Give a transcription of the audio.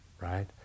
right